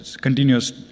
continuous